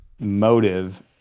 motive